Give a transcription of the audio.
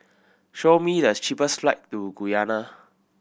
show me the cheapest flight to Guyana